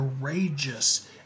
courageous